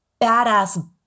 badass